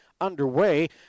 underway